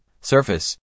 surface